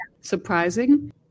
surprising